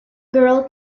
girl